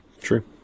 True